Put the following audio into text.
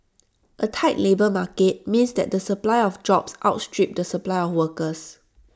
A tight labour market means that the supply of jobs outstrip the supply of workers